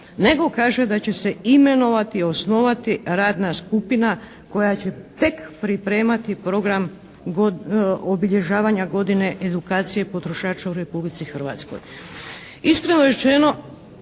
nego kaže da će se imenovati, osnovati radna skupina koja će tek pripremati program obilježavanja godine edukacije potrošača u Republici Hrvatskoj.